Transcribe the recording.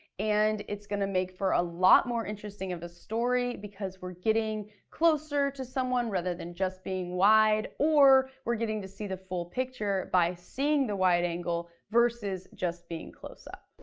and it's gonna make for a lot more interesting of a story, because we're getting closer to someone rather than just being wide, or we're getting to see the full picture, by seeing the wide angle, versus just being close up.